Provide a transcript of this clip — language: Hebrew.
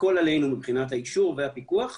הכול עלינו מבחינת האישור והפיקוח .